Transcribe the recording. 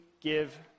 give